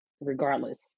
regardless